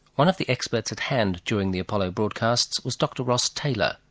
one of the experts at hand during the apollo broadcasts was dr ross taylor,